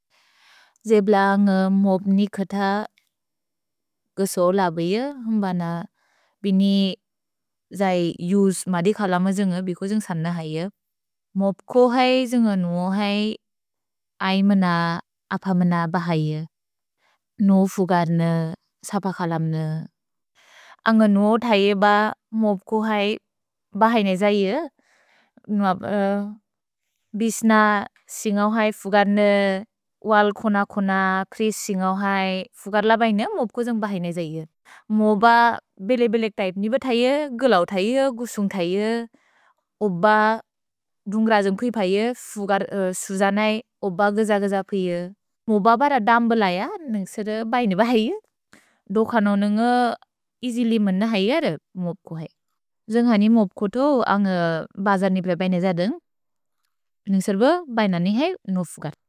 द्जे ब्ल न्ग मोब् नि कत ग्सो लबि ये, हुम्ब न बिनि जै युस् मदि कलम जुन्ग, बिको जुन्ग् सन है ये। मोब् को है, जुन्ग नुअ है, ऐ मन, अप मन ब है ये। नुअ फुगत्ने, सप कलम्ने। अन्ग नुअ थैये ब, मोब् को है, ब है नै जै ये। नुअ बिस्न, सिन्गौ है फुगत्ने, वल् कोन कोन, क्रिस् सिन्गौ है, फुगत्ल बैने, मोब् को जुन्ग् ब है नै जै ये। मोब बेले-बेलेक् थैये, ग्लौ थैये, गुसुन्ग् थैये, ओब दुन्ग्र जुन्ग् कुइ पैये, फुगत्, सुज नै, ओब गज-गज पैये। मोब बर दम्ब लैअ, नन्ग्स र बैने ब है ये। दोक नोन न्ग इजि लिमन है ये, मोब् को है। जुन्ग् हनि मोब् कुतो, अन्ग बजर् नि बे बैने जदुन्ग्, नन्ग्सेर्ब बैन नै है, नुअ फुगत्।